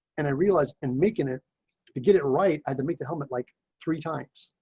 and i realized and making it to get it right, either make the helmet like three times.